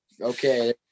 Okay